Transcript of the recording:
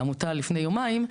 לעמותה לפני יומיים,